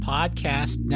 Podcast